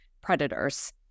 predators